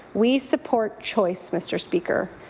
we support choice, mr. speaker.